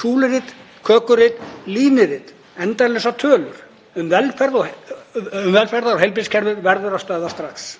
Súlurit, kökurit, línurit, endalausar tölur um velferðar- og heilbrigðiskerfið verður að stöðva strax